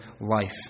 life